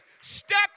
Step